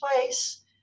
place